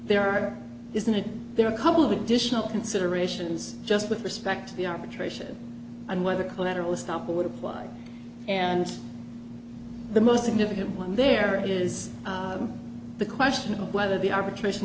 are isn't it there are a couple of additional considerations just with respect to the arbitration and whether collateral estoppel would apply and the most significant one there is the question of whether the arbitration